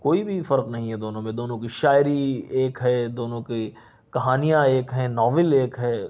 کوئی بھی فرق نہیں ہے دونوں میں دونوں کی شاعری ایک ہے دونوں کی کہانیاں ایک ہیں ناول ایک ہے